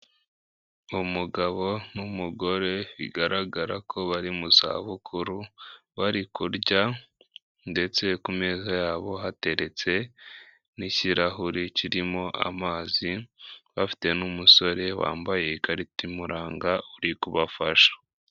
Umugabo n'umugore bigaragara ko bari mu za bukuru bari kurya ndetse ku meza yabo hateretse n'ikirahuri kirimo amazi bafite n'umusore wambaye ikarita imuranga uri kubafasha.